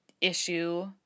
issue